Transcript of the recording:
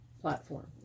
platform